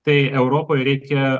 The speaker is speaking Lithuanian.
tai europoj reikia